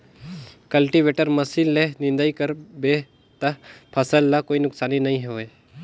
cultivator machine ले निंदई कर बे त फसल ल कोई नुकसानी नई होये